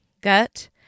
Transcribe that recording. gut